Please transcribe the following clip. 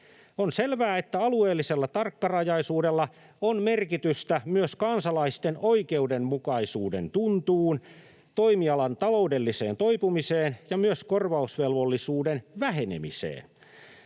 On selvää, että alueellisella tarkkarajaisuudella on merkitystä myös kansalaisten oikeudenmukaisuuden tuntuun, toimialan taloudelliseen toipumiseen ja myös korvausvelvollisuuden vähenemiseen.